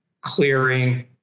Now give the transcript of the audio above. clearing